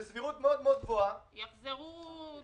בסבירות מאוד מאוד גבוהה -- יחזרו רובם.